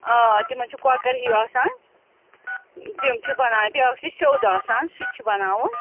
آ تِمَن چھُ کۄکَر ہِوۍ آسان تِم چھِ بَناونہٕ بیٛاکھ چھ سیٚود آسان سُہ تہِ چھُ بَناوُن